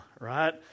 right